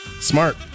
Smart